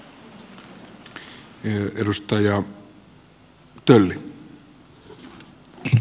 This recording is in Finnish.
arvoisa puhemies